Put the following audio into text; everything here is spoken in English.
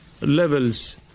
levels